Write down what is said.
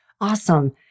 Awesome